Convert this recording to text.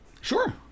Sure